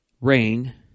rain